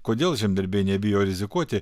kodėl žemdirbiai nebijo rizikuoti